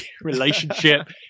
relationship